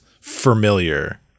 familiar